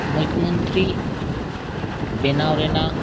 ᱢᱳᱭᱠᱷᱢᱚᱱᱛᱨᱤ ᱵᱮᱱᱟᱣ ᱨᱮᱱᱟᱜ